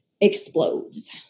explodes